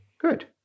good